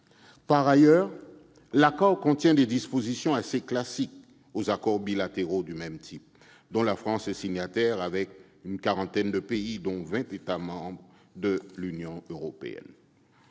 Par ailleurs, l'accord contient des dispositions assez classiques pour les accords bilatéraux de ce type. La France en a signé avec une quarantaine de pays, dont vingt États membres de l'Union européenne.